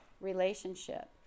relationship